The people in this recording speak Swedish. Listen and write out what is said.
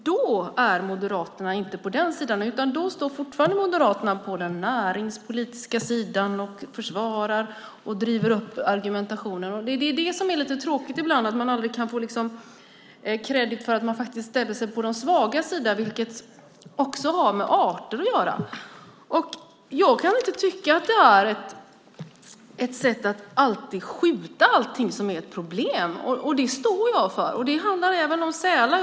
Då är Moderaterna inte på den sidan, utan då står Moderaterna fortfarande på den näringspolitiska sidan och försvarar och driver upp argumentationen. Det är lite tråkigt att man aldrig kan få kredit för att man ställer sig på de svagas sida, vilket också har med arter att göra. Jag kan inte tycka att det är ett bra sätt att alltid skjuta allting som är ett problem. Det står jag för. Det handlar även om sälar.